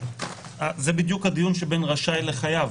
זה בדיוק הדיון שבין רשאי לחייב.